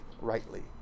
rightly